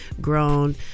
grown